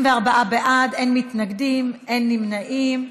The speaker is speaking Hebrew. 84 בעד, אין מתנגדים, אין נמנעים.